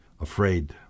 afraid